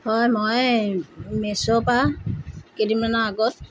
হয় মই মিশ্ব'ৰ পৰা কেইদিনমানৰ আগত